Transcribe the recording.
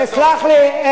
תסלח לי.